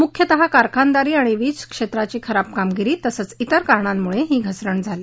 मुख्यतः कारखानदारी आणि वीज क्षेत्राची खराब कामगिरी तसंच इतर कारणांमुळे ही घसरण झाली